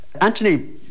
Anthony